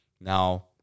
Now